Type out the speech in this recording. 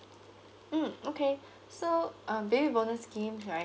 mm okay so um baby schemes right